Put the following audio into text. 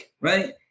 right